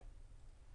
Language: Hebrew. כן.